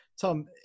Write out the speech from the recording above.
Tom